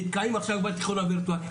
נתקעים עכשיו בתיכון הווירטואלי.